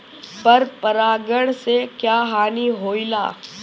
पर परागण से क्या हानि होईला?